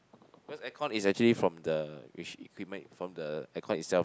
because air con is actually from the equipment from the air con itself